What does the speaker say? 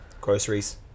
groceries